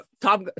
top